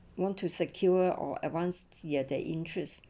want to secure or advanced ya their interest